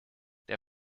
der